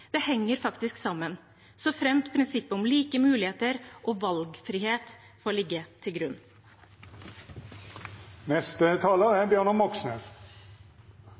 Det henger faktisk sammen, såfremt prinsippet om like muligheter og valgfrihet får ligge til